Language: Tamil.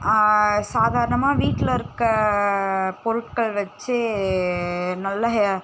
சாதாரணமாக வீட்டில் இருக்க பொருட்கள் வச்சு நல்ல ஹே